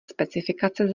specifikace